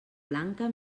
blanca